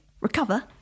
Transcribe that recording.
recover